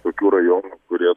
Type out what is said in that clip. tokių rajonų kurie